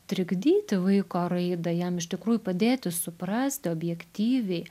trikdyti vaiko raidą jam iš tikrųjų padėti suprasti objektyviai